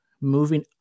moving